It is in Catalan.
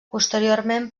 posteriorment